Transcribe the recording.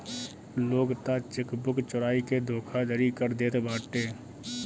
लोग तअ चेकबुक चोराई के धोखाधड़ी कर देत बाटे